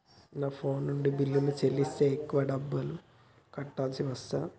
నా ఫోన్ నుండి బిల్లులు చెల్లిస్తే ఎక్కువ డబ్బులు కట్టాల్సి వస్తదా?